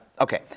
Okay